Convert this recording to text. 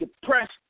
depressed